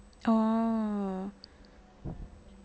oh